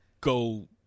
go